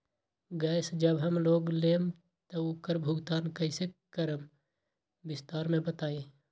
Gas जब हम लोग लेम त उकर भुगतान कइसे करम विस्तार मे बताई?